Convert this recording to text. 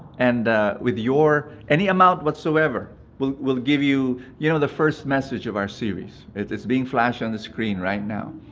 and with your any amount whatsoever will will give you, you know, the first message of our series. it's being flashed on the screen right now.